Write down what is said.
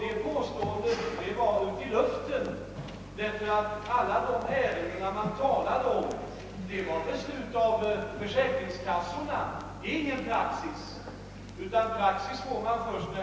Där gavs nämligen svaret på frågan — praxis skall vara vad försäkringsdomstolen uttalat!